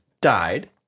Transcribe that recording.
Died